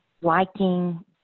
liking